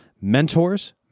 mentors